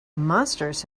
monsters